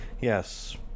yes